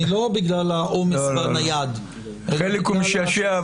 לא בגלל העומס בנייד --- חלק הוא משעשע,